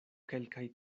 kelkaj